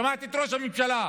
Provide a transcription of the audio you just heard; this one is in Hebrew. שמעתי את ראש הממשלה: